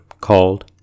called